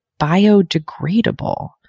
biodegradable